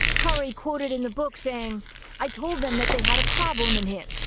curry quoted in the book saying i told them that they had a problem in him,